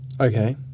Okay